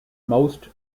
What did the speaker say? most